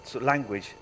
language